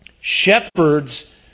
shepherds